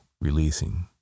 Releasing